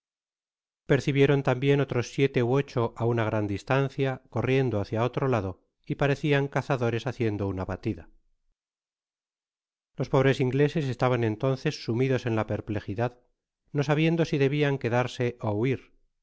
percibieron tambien otros siete ú ocha a una gran distancia corriendo hácia otro lado y parecían cazadores haciendo una batida los pobres ingleses estaban entonces sumidos en la perplejidad no sabiendo si debian quedarse ó h